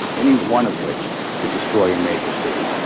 any one of which could destroy a major city,